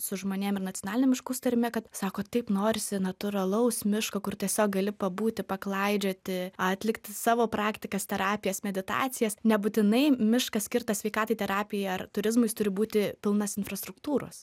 su žmonėm ir nacionaliniam miškų sutarime kad sako taip norisi natūralaus miško kur tiesiog gali pabūti paklaidžioti atlikti savo praktikas terapijas meditacijas nebūtinai miškas skirtas sveikatai terapijai ar turizmui jis turi būti pilnas infrastruktūros